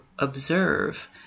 observe